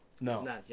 no